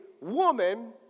woman